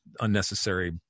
unnecessary